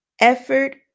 effort